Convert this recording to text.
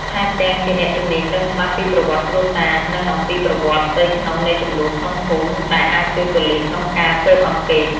ថែមទាំងជាអ្នកជំនាញដឹងច្បាស់ពីប្រវត្តិគ្រួសារ និងអំពីប្រវត្តិផ្ទៃក្នុងនៃជម្លោះក្នុងភូមិ ដែលអាចជួយប៉ូលីសក្នុងការស៊ើបអង្កេត។